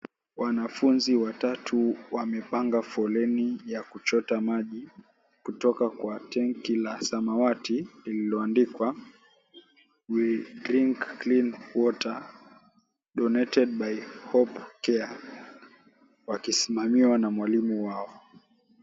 Wanafunzi watatu wamepanga foleni ya kuchota maji kutoka kwenye tenki la samawati lililoandikwa, We Drink Clean Water Donated by Hope Care , wakisimamiwa na mwalimu wao.